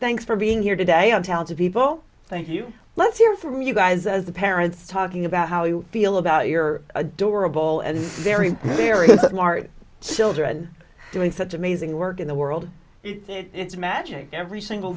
thanks for being here today on talented people thank you let's hear from you guys as the parents talking about how you feel about your adorable and very very smart soldier and doing such amazing work in the world it's magic every single